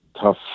tough